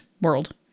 world